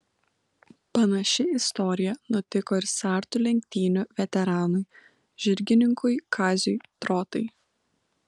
panaši istorija nutiko ir sartų lenktynių veteranui žirgininkui kaziui trotai